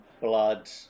blood